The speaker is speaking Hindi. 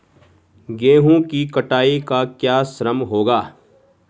गेहूँ की कटाई का क्या श्रम होगा?